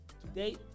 today